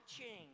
watching